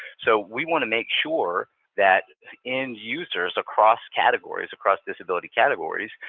so we want to make sure that end users across categories, across disability categories,